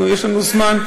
יש לנו זמן.